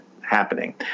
happening